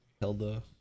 Hilda